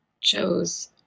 chose